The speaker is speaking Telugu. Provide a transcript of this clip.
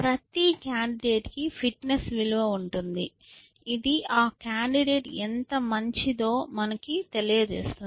ప్రతి కాండిడేట్కి ఫిట్నెస్ విలువ ఉంటుంది ఇది ఆ కాండిడేట్ ఎంత మంచిదో మనకు తెలియజేస్తుంది